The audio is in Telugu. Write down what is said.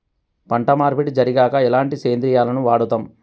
పంట మార్పిడి జరిగాక ఎలాంటి సేంద్రియాలను వాడుతం?